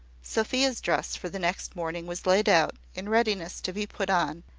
sophia's dress for the next morning was laid out, in readiness to be put on,